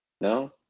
No